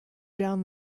down